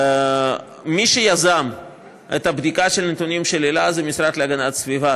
מי שיזם את בדיקת הנתונים של אל"ה זה המשרד להגנת הסביבה,